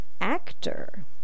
actor